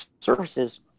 services